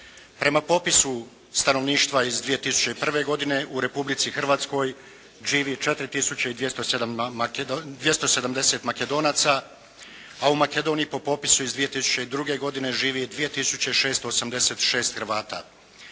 Prema popisu stanovništva iz 2001. godine u Republici Hrvatskoj živi 4270 Makedonaca, a u Makedoniji po popisu iz 2002. godine živi 2686 Hrvata.